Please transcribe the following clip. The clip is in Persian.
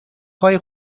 های